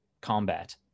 combat